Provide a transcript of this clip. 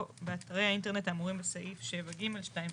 "באתרי האינטרנט האמורים בסעיף 7 (ג) 2 א'.